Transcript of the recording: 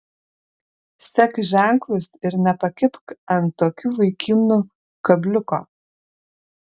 sek ženklus ir nepakibk ant tokių vaikinų kabliuko